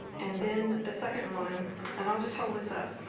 and then the second one and i'll just hold this up.